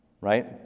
right